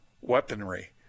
weaponry